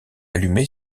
allumée